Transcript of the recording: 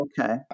okay